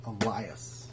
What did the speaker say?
Elias